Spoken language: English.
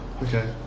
Okay